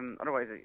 Otherwise